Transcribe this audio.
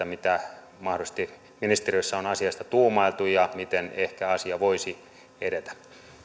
mitä mahdollisesti ministeriössä on asiasta tuumailtu ja miten ehkä asia voisi edetä